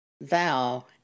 Thou